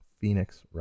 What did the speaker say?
Phoenix